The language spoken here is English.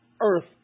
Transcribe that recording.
Earth